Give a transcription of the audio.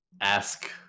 ask